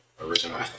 original